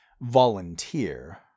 volunteer